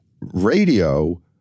Radio